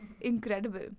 incredible